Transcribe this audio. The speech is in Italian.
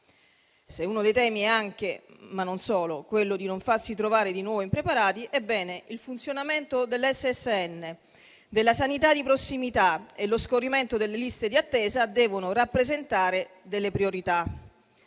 Se uno dei temi è anche, ma non solo, quello di non farsi trovare di nuovo impreparati, ebbene, il funzionamento del Servizio sanitario nazionale, della sanità di prossimità e lo scorrimento delle liste di attesa devono rappresentare delle priorità.